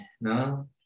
no